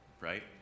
right